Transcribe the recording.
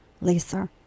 Lisa